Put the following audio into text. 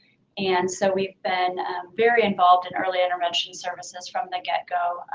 and so, we've been very involved in early intervention services from the get-go.